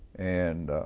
and